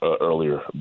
earlier